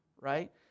right